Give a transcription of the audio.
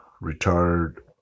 retired